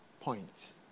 point